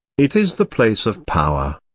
it is the place of power.